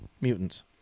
mutants